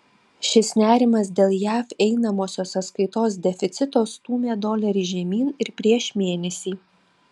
šis nerimas dėl jav einamosios sąskaitos deficito stūmė dolerį žemyn ir prieš mėnesį